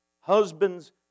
Husbands